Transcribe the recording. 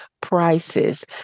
prices